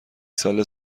ساله